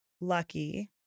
lucky